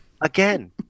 Again